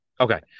Okay